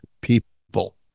people